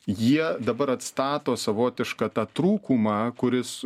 jie dabar atstato savotišką tą trūkumą kuris